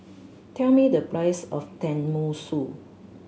tell me the price of Tenmusu